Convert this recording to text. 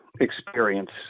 experience